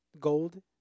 Gold